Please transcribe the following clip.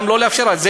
גם לא לאפשר?